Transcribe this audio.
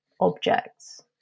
objects